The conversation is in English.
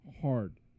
hard